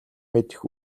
мэдэх